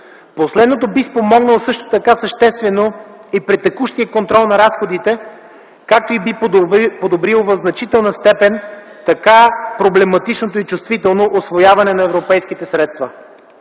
Последното би спомогнало съществено при текущия контрол на разходите, както и би подобрило в значителна степен така проблематичното и чувствително усвояване на европейските средства.